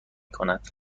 کند